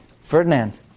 Ferdinand